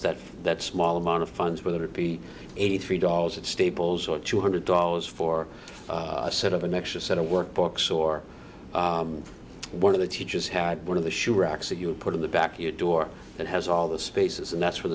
for that small amount of funds whether it be eighty three dollars at staples or two hundred dollars for a set of an extra set of workbooks or one of the teachers had one of the sure executed put in the back of your door that has all the spaces and that's where